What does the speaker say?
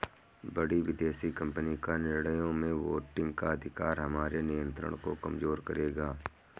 बड़ी विदेशी कंपनी का निर्णयों में वोटिंग का अधिकार हमारे नियंत्रण को कमजोर करेगा